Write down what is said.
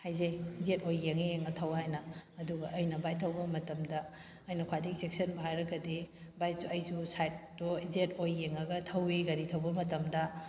ꯍꯥꯏꯖꯩ ꯌꯦꯠ ꯑꯣꯏ ꯌꯦꯡꯉ ꯌꯦꯡꯉ ꯊꯧ ꯍꯥꯏꯅ ꯑꯗꯨꯒ ꯑꯩꯅ ꯕꯥꯏꯛ ꯊꯧꯕ ꯃꯇꯝꯗ ꯑꯩꯅ ꯈ꯭ꯋꯥꯏꯗꯒꯤ ꯆꯦꯛꯁꯤꯟꯕ ꯍꯥꯏꯔꯒꯗꯤ ꯕꯥꯏꯛꯇꯨ ꯑꯩꯁꯨ ꯁꯥꯏꯗꯇꯣ ꯌꯦꯠ ꯑꯣꯏ ꯌꯦꯡꯉꯒ ꯊꯧꯏ ꯒꯥꯔꯤ ꯊꯧꯕ ꯃꯇꯝꯗ